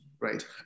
right